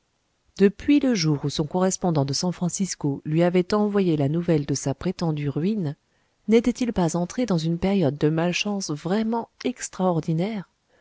depuis le jour où son correspondant de san francisco lui avait envoyé la nouvelle de sa prétendue ruine n'était-il pas entré dans une période de malchance vraiment extraordinaire